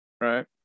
right